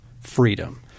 freedom